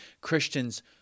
Christians